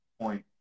point